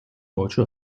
deutsche